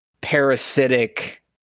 parasitic